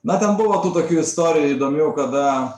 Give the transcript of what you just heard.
na ten buvo tų tokių istorijų įdomių kada